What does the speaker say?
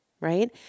right